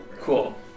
Cool